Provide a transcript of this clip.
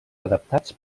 adaptats